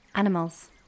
animals